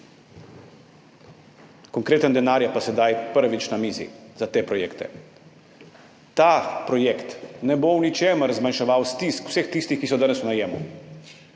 konkreten denar je pa sedaj prvič na mizi za te projekte. Ta projekt ne bo v ničemer zmanjševal stisk vseh tistih, ki so danes v najemu,